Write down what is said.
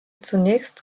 zunächst